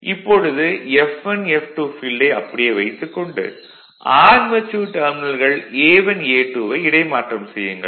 vlcsnap 2018 11 05 10h01m26s38 இப்பொழுது F1 F2 ஃபீல்டை அப்படியே வைத்துக் கொண்டு ஆர்மெச்சூர் டெர்மினல்கள் A1 A2 வை இடைமாற்றம் செய்யுங்கள்